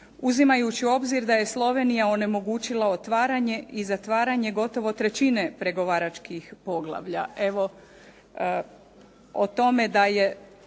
uzimajući u obzir da je Slovenija onemogućila otvaranje i zatvaranje gotovo trećine pregovaračkih poglavlja.